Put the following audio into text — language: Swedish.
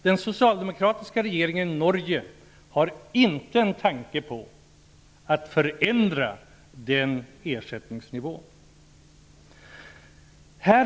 Den socialdemokratiska regeringen i Norge har inte en tanke på att förändra ersättningsnivån.